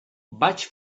vaig